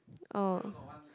oh